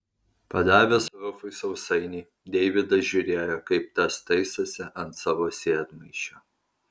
padavęs rufui sausainį deividas žiūrėjo kaip tas taisosi ant savo sėdmaišio